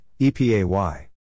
EPAY